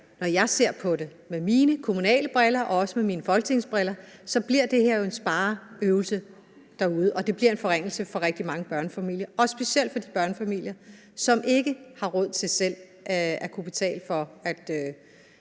når jeg ser på det med mine kommunale briller og også med mine Folketingsbriller, bliver jo en spareøvelse derude, og det bliver en forringelse for rigtig mange børnefamilier og specielt for de børnefamilier, som ikke har råd til selv at kunne betale for at